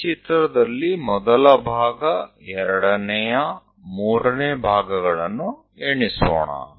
ಈ ಚಿತ್ರದಲ್ಲಿ ಮೊದಲ ಭಾಗ ಎರಡನೆಯ ಮೂರನೇ ಭಾಗಗಳನ್ನು ಎಣಿಸೋಣ